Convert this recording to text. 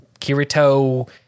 Kirito